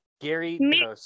Gary